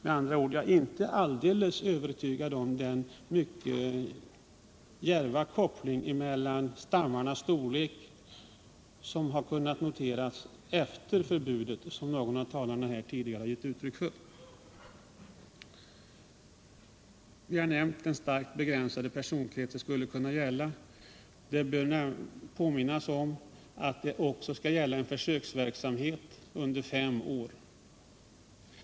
Med andra ord: Jag är inte alldeles övertygad om riktigheten i den mycket djärva koppling mellan stammarnas storlek före och efter förbudet som någon av talarna tidigare gjorde. Det har nämnts att en sådan här jakt skulle komma att gälla en starkt begränsad personkrets. Det bör påminnas om att det också gäller en försöksverksamhet under fem år.